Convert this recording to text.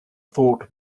thought